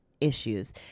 issues